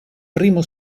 primo